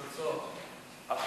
התרבות והספורט נתקבלה.